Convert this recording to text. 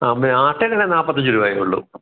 ആ അമ്മേ ആട്ടയുടെ വില നാല്പത്തഞ്ച് രൂപയേ ഉള്ളൂ